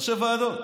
ראשי ועדות.